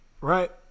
Right